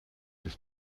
des